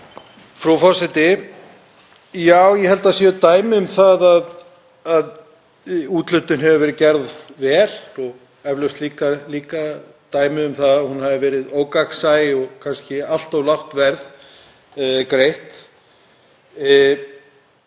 Frú forseti. Ég held að það séu dæmi um það að úthlutun hefur verið gerð vel og eflaust líka dæmi um að hún hafi verið ógagnsæi og kannski allt of lágt verð greitt.